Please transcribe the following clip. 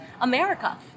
America